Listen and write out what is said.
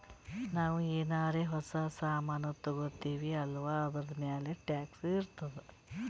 ನಾವು ಏನಾರೇ ಹೊಸ ಸಾಮಾನ್ ತಗೊತ್ತಿವ್ ಅಲ್ಲಾ ಅದೂರ್ಮ್ಯಾಲ್ ಟ್ಯಾಕ್ಸ್ ಇರ್ತುದೆ